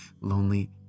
lonely